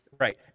Right